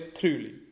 truly